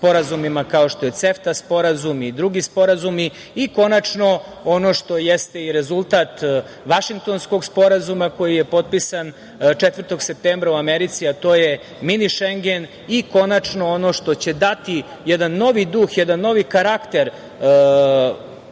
kao što je CEFTA Sporazum i drugi sporazumi i konačno ono što jeste i rezultat Vašingtonskog sporazuma, koji je potpisan 4. septembra u Americi, a to je Mini Šengen i konačno ono što će dati jedan novi duh, jedan novi karakter